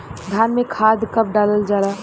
धान में खाद कब डालल जाला?